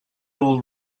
all